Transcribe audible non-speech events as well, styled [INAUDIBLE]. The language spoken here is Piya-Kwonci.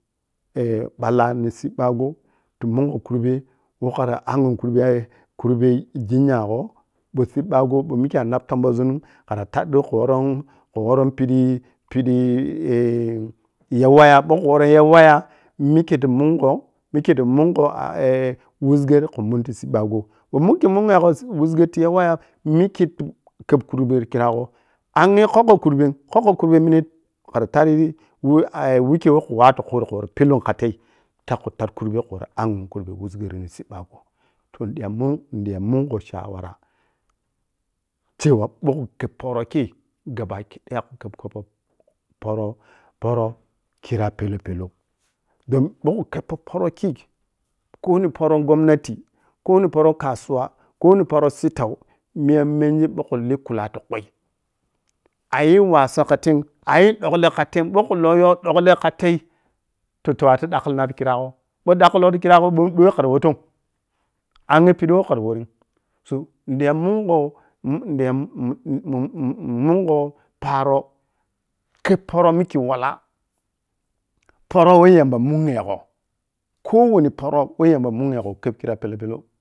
[HESITATION] ɓallani sibbagho tu mungho kurbe woh khara angyi kurbe-kurbe gong gho ɓou siɓɓagho bou mikkei a’nab tomon zurim khara taƌƌu kho woro’n khu woro’n pidii-pidii [HESITATION] ya waga ɓou khu ya ti ya waya mikke tah mungho mike tah mungho [HESITATION] [UNINTELLIGIBLE] dan khun munin ti siɓbagho bou mikkei munyegho wisge, tiya wuya mikke ti kheb kurbe ti khragho angyi kokkho kurbe kokkho kurbe mine’m khe taddi wikkei woh khu wawo ti khuri khu worri pillon kha tei tad-taƌƌi kurbei khu worri angyi wisger nin siɓɓagho toh nidiya mun gho shawara cewa ɓuu khu kheb poro kei gabaki daya khu kheb poh poro-poro khira pellou-pellou don ɓou khu khebpo poro kei ko ni poro’n gomnati, ko nin poro kasuwa ko nin poro sittau miya menji ɓou khe li kula ti kui khayi wasa ka tei, a’yi ƌukkle ka tei bou khu yow dukkle kha tei toh khera yi wel dakkulou ti khira gho-weh dakkubu ti khira gho kari worri tong angyi pidi khari worri’m diya mungho [HESITATION] mungho paro kheb oro mikkei wala poro weh yamba munyegho ko-o-wani poro weh yamba munyesho kheb khira pelou-pelou